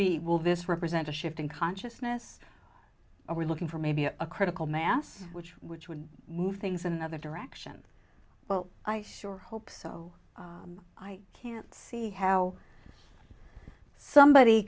be will this represent a shift in consciousness or we're looking for maybe a critical mass which which would move things in another direction well i sure hope so i can't see how somebody